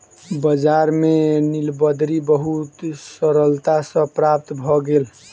बजार में नीलबदरी बहुत सरलता सॅ प्राप्त भ गेल